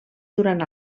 durant